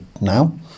now